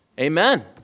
Amen